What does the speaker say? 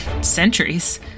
centuries